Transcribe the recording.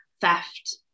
theft